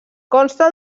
consta